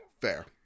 fair